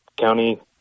county